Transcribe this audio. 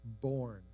born